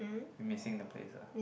you missing the place ah